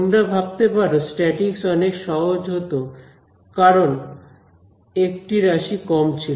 তোমরা ভাবতে পারো স্ট্যাটিকস অনেক সহজ হতো কারণ একটি রাশি কম ছিল